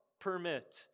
permit